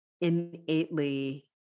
innately